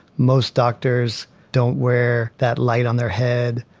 most doctors don't wear that light on their head,